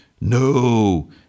No